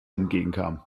entgegenkam